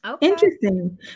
Interesting